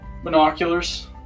binoculars